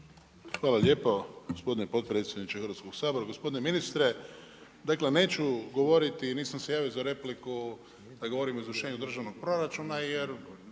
Hvala lijepo gospodin potpredsjedniče Hrvatskog sabora. Gospodine ministre, dakle, neću govoriti i nisam se javio za repliku da govorim o izvršenju državnog proračuna, jer